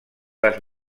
las